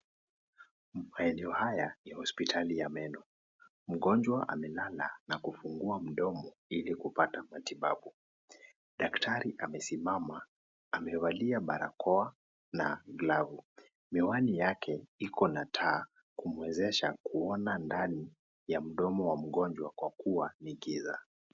Maeneo haya ya hospitali ya meno mgonjwa amelala na kufungua mdomo ili kupata matibabu, daktari amesimama amevalia barakoa na glavu, miwani yake iko na taa kumwezesha kuona ndani ya mdomo wa mgonjwa kwa kuwa ni giza.